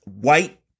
white